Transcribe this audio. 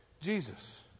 Jesus